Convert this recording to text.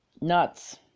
Nuts